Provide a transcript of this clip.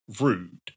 rude